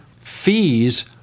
fees